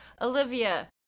Olivia